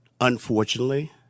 unfortunately